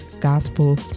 Gospel